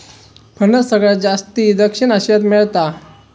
फणस सगळ्यात जास्ती दक्षिण आशियात मेळता